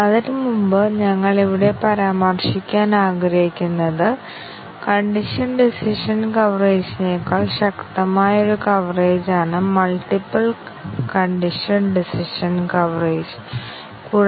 അതിനാൽ ഞാൻ ഇവിടെ പറയുന്നത് c 1 c 2 അല്ലെങ്കിൽ c 3 ആണെങ്കിൽ ഇതാണ് അവസ്ഥ എങ്കിൽ ഇത് ശരിയാണെങ്കിൽ ശരിയാണ് സത്യവും തെറ്റും തെറ്റും തെറ്റും ഇതിൽ രണ്ടെണ്ണം മാത്രമേ അടിസ്ഥാന അവസ്ഥ പരിശോധനയിൽ വിജയിക്കൂ